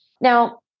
Now